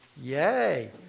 Yay